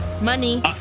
Money